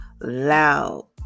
loud